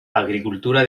agricultura